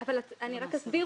אני רק אסביר.